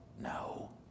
no